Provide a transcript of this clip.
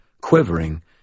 quivering